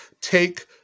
take